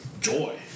joy